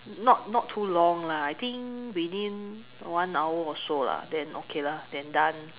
not not too long lah I think within one hour or so then okay lah then done